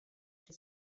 chi